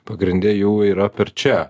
pagrinde jų yra per čia